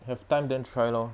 have time then try lor